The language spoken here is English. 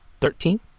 Thirteen